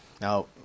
Now